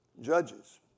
Judges